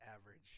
average